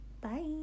Bye